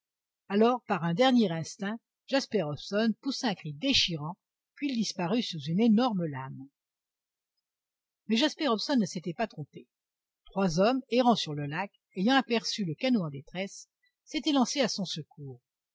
alors par un dernier instinct jasper hobson poussa un cri déchirant puis il disparut sous une énorme lame mais jasper hobson ne s'était pas trompé trois hommes errant sur le lac ayant aperçu le canot en détresse s'étaient lancés à son secours